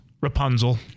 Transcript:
Rapunzel